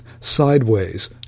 sideways